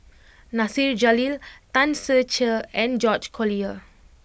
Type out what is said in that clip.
Nasir Jalil Tan Ser Cher and George Collyer